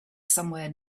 somewhere